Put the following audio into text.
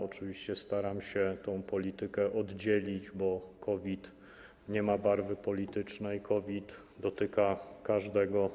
Oczywiście staram się tę politykę oddzielić, bo COVID nie ma barwy politycznej, COVID dotyka każdego.